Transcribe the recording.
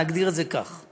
נגדיר את זה כך.